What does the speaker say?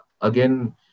again